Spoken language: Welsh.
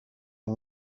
yng